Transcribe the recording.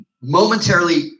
momentarily